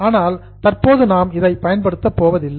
ஆனால் இப்போது நாம் இதை பயன்படுத்த போவதில்லை